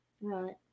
Right